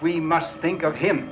we must think of him